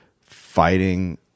fighting